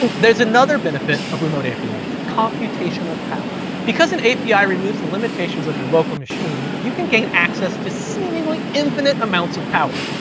and there's another benefit of remote apis, computational power. because an api removes the limitations of your local machine, you can gain access to seemingly infinite amounts of power.